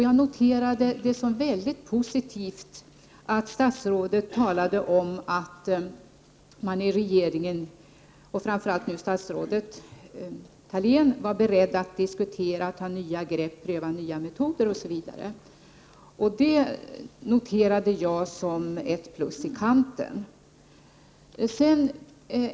Jag noterade det som mycket positivt att statsrådet talade om att man i regeringen — och framför allt statsrådet Thalén själv — var beredd att diskutera att ta nya grepp, pröva nya metoder osv. Det noterade jag som ett plus i kanten.